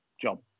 John